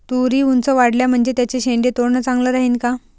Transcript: तुरी ऊंच वाढल्या म्हनजे त्याचे शेंडे तोडनं चांगलं राहीन का?